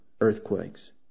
earthquakes